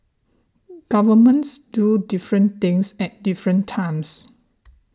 governments do different things at different times